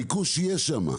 כי ביקוש יש שם.